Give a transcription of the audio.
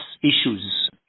issues